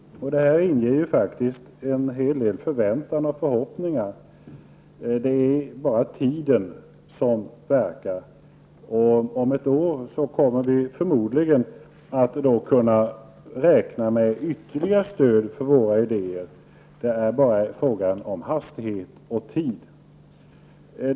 Det inger ju faktiskt en hel del förväntningar och förhoppningar. Det är bara tiden som verkar, och om ett år kommer vi förmodligen att kunna räkna med ytterligare stöd för våra idéer. Det är bara en fråga om hastighet och tid.